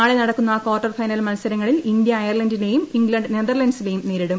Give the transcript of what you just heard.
നാളെ നടക്കുന്ന quarter final മത്സരങ്ങളിൽ ഇന്ത്യ അയൽലാൻഡിനെയും ഇംഗ്ലണ്ട് നെതർലാൻഡ്സിനെയും നേരിടും